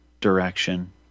direction